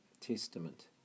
Testament